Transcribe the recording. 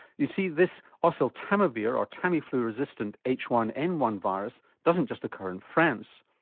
you see, this oseltamivir or tamiflu-resistant h one n one virus doesn't just occur in france,